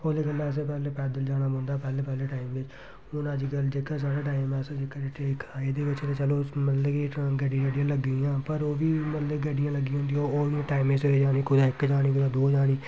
ओह्दे कन्नै असें पैह्लें पैदल जाना पौंदा पैह्ले पैह्ले टाइम बिच्च हून अज्जकल जेह्का साढ़ा टाइम ऐ अस जेह्का एह्दे बिच्च गै चलो मतलब कि गड्डियां शड्डियां लग्गी दियां न पर ओह् बी मतलब गड्डियां लग्गी दियां होंदियां ओह् बी टाइमै सिर जंदियां कुदै इक जाना कुदै दो जानी